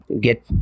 get